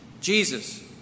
Jesus